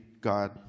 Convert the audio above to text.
God